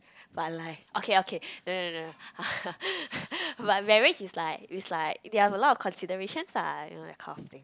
but like okay okay no no no uh but marriage it's like it's like there are a lot of considerations lah you know that kind of thing